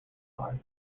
large